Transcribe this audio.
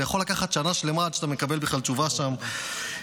זה יכול לקחת שנה שלמה עד שאתה בכלל מקבל שם תשובה.